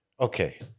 Okay